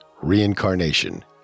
reincarnation